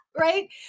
right